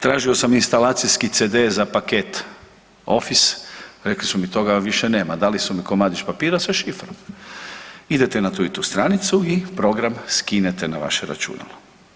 Tražio sam instalacijski CD za paket Office, rekli su mi toga vam više nema, dali su mi komadić papira sa šifrom, idete na tu i tu stranicu i program skinete na vaše računalo.